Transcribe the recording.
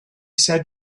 said